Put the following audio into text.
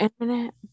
internet